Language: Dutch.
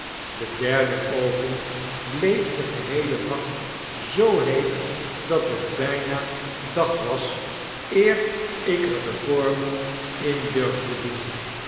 de derde oven bleef den geheelen nacht zoo heet dat het bijna dag was eer ik er de vormen in durfde doen